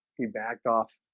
he backed off